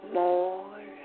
more